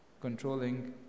controlling